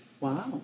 Wow